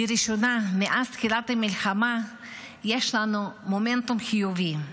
לראשונה מאז תחילת המלחמה יש לנו מומנטום חיובי,